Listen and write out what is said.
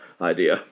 idea